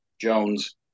Jones